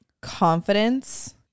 confidence